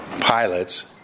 pilots